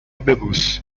ببوس